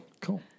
Cool